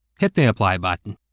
hit the apply button.